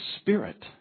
Spirit